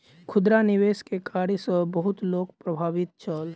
खुदरा निवेश के कार्य सॅ बहुत लोक प्रभावित छल